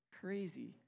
crazy